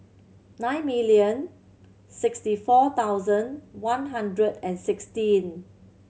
nine million sixty four thousand one hundred and sixteen